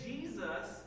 Jesus